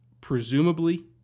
presumably